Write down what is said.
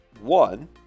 one